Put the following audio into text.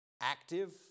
active